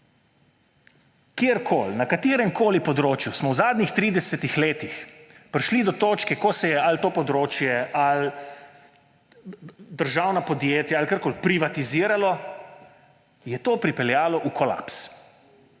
kjerkoli, na kateremkoli področju smo v zadnjih tridesetih letih prišli do točke, ko se je ali to področje, ali državna podjetja, ali karkoli privatiziralo, je to pripeljalo v kolaps.